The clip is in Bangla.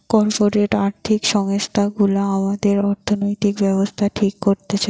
কর্পোরেট আর্থিক সংস্থা গুলা আমাদের অর্থনৈতিক ব্যাবস্থা ঠিক করতেছে